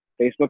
Facebook